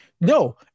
No